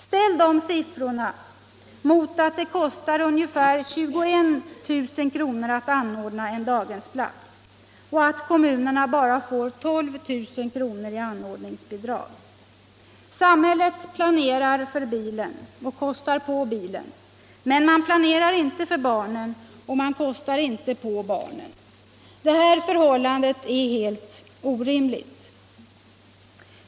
Ställ de siffrorna mot kostnaden för att anordna en daghemsplats, som är ungefär 21 000 kr., och det förhållandet att kommunerna bara får 12 000 i anordningsbidrag. Samhället planerar för bilen och kostar på bilen, men man planerar inte för barnen och kostar inte på barnen. Detta förhållande är helt orimligt.